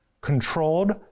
Controlled